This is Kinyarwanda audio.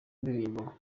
indirimbo